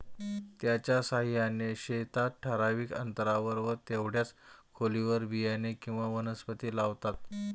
त्याच्या साहाय्याने शेतात ठराविक अंतरावर व तेवढ्याच खोलीवर बियाणे किंवा वनस्पती लावतात